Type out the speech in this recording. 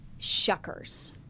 shuckers